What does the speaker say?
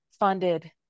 Funded